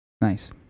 Nice